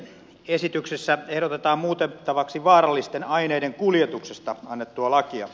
esityksessä ehdotetaan muutettavaksi vaarallisten aineiden kuljetuksesta annettua lakia